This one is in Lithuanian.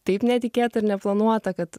taip netikėta ir neplanuota kad